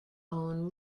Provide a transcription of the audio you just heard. own